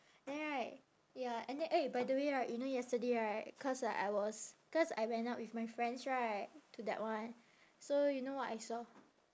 then right ya and then eh by the way right you know yesterday right cause like I was cause I went out with my friends right to that one so you know what I saw